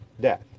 death